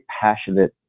passionate